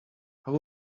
how